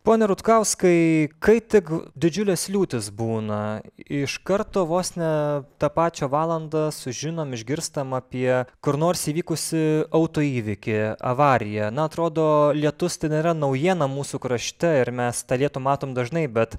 pone rutkauskai kai tik didžiulės liūtys būna iš karto vos ne tą pačią valandą sužinom išgirstam apie kur nors įvykusį autoįvykį avariją na atrodo lietus tai nėra naujiena mūsų krašte ir mes tą lietų matom dažnai bet